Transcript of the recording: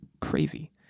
crazy